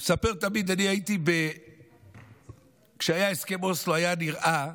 אני מספר תמיד, כשהיה הסכם אוסלו היה נראה,